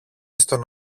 στον